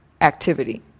activity